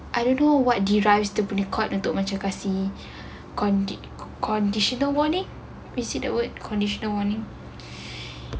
I don't know what derives dia punya court macam kasih conditional warning see the word conditional warning